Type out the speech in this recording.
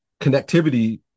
connectivity